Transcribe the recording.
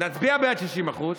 נצביע בעד 66%,